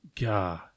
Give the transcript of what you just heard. God